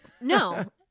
No